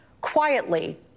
quietly